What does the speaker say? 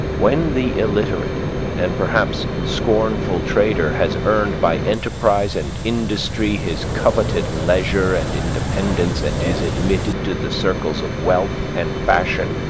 when the illiterate and perhaps scornful trader has earned by enterprise and industry his coveted leisure and independence, and is admitted to the circles of wealth and fashion,